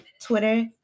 Twitter